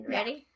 Ready